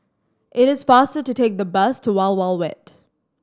it is faster to take the bus to Wild Wild Wet